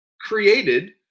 created